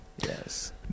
yes